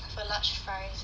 for large fries